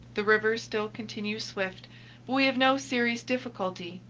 the river still continues swift, but we have no serious difficulty,